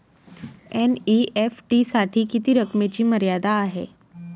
NEFT साठी किती रकमेची मर्यादा आहे?